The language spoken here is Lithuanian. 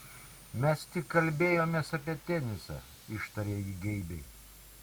mes tik kalbėjomės apie tenisą ištarė ji geibiai